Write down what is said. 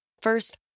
First